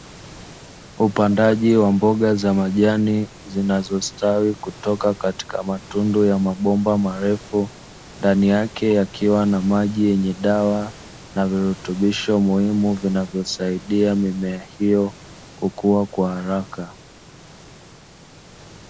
Upandaji wa mboga za majani zinazostawi kutoka katika matundu ya mabomba marefu, ndani yake yakiwa na maji yenye dawa na virutubisho muhimu vinavyosaidia mimea hiyo kukua kwa haraka.